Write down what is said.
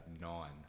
nine